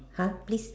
!huh! please